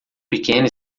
pequena